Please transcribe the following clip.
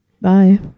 Bye